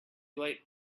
late